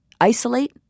Isolate